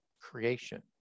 creation